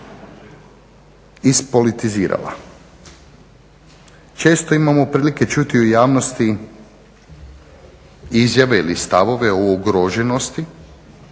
ispolitizirala. Često imamo prilike čuti u javnosti izjave ili stavove o ugroženosti,